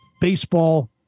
baseball